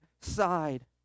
side